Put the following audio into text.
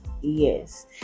yes